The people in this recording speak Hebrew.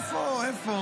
איפה, איפה.